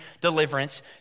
deliverance